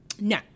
No